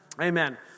Amen